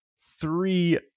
three